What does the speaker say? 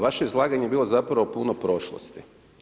Vaše izlaganje je bilo zapravo puno o prošlosti.